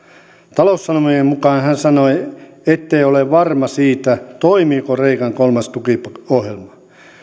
taloussanomien mukaan hän sanoi ettei ole varma siitä toimiiko kreikan kolmas tukiohjelma